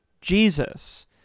Jesus